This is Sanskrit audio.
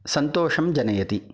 सन्तोषं जनयति